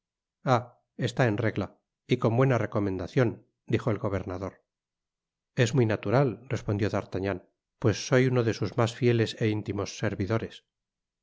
está en regla y con buena recomendacion dijo el gobernador es muy natural respondió d'artagnan pues s y uno de sus mas lieles é intimos servidores